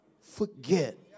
forget